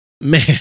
Man